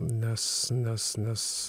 nes nes nes